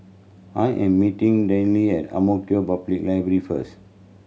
I am meeting Denine at Ang Mo Kio Library first